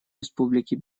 республики